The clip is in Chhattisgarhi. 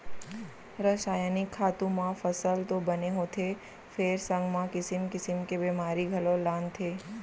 रसायनिक खातू म फसल तो बने होथे फेर संग म किसिम किसिम के बेमारी घलौ लानथे